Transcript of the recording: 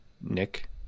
Nick